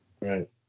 Right